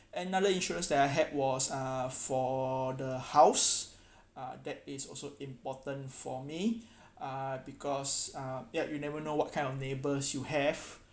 another insurance that I had was uh for the house uh that is also important for me uh because uh ya you never know what kind of neighbours you have